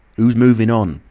who's moving on?